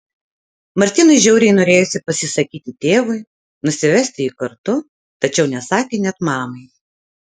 martynui žiauriai norėjosi pasisakyti tėvui nusivesti jį kartu tačiau nesakė net mamai